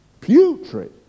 Putrid